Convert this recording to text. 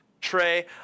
Trey